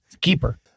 Keeper